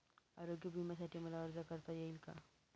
आरोग्य विम्यासाठी मला अर्ज करता येईल का?